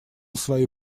свои